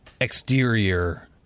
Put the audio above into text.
exterior